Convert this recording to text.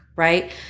Right